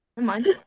mind